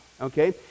okay